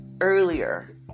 earlier